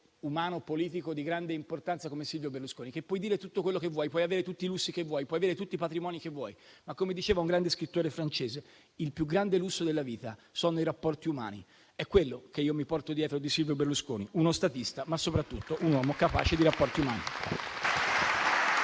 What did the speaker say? umano e politico di grande importanza come Silvio Berlusconi: puoi dire tutto quello che vuoi, puoi avere tutti i lussi che vuoi, puoi avere tutti i patrimoni che vuoi, ma - come diceva un grande scrittore francese - il più grande lusso della vita sono i rapporti umani. È questo che io mi porto dietro di Silvio Berlusconi: uno statista, ma soprattutto un uomo capace di rapporti umani.